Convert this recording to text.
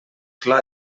clar